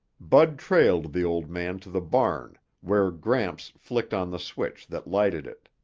bud trailed the old man to the barn where gramps flicked on the switch that lighted it.